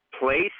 place